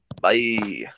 Bye